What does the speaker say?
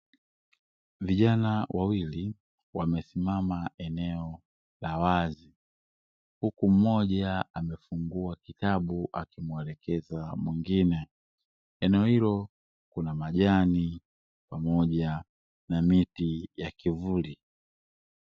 Vijana wawili wamesimama eneo la wazi, huku mmoja amefungua kitabu akimuelekeza mwingine, eneo hilo kuna majani pamoja na miti ya kivuli.